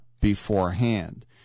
beforehand